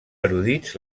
erudits